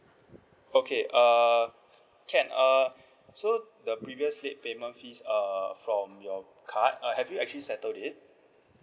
okay uh can uh so the previous late payment fees uh from your card uh have you actually settle it